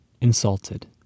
insulted